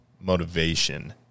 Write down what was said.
motivation